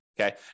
okay